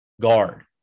guard